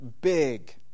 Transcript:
big